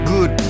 Good